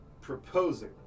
proposing